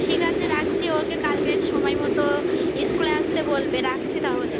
ঠিক আছে রাখছি ওকে কালকের সময় মতো স্কুলে আসতে বলবে রাখছি তাহলে